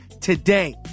today